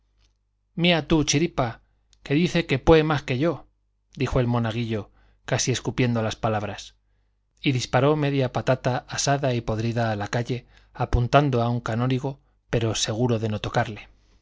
mia tú chiripa que dice que pué más que yo dijo el monaguillo casi escupiendo las palabras y disparó media patata asada y podrida a la calle apuntando a un canónigo pero seguro de no tocarle